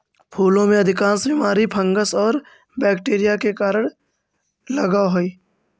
फूलों में अधिकांश बीमारी फंगस और बैक्टीरिया के कारण लगअ हई